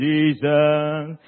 Jesus